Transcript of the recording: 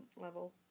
level